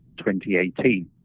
2018